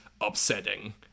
upsetting